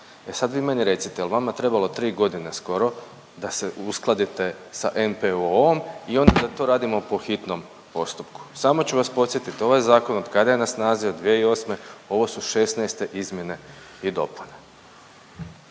E sad vi meni recite jel vama trebalo 3 godine skoro da se uskladite sa NPOO-om i onda da to radimo po hitnom postupku? Samo ću vas podsjetiti ovaj zakon od kada je na snazi, od 2008. ovo su 16-te izmjene i dopune.